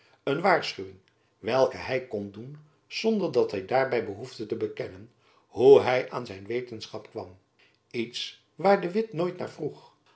een waarschuwing welke hy kon doen zonder dat hy daarby behoefde te bekennen hoe hy aan zijn wetenschap kwam iets waar de witt nooit naar vroeg